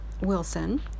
Wilson